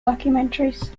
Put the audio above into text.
documentaries